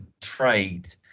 trade